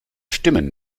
stimmen